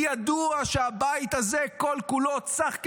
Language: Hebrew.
כי ידוע שהבית הזה כל כולו צח כשלג,